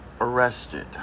arrested